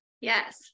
Yes